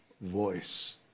voice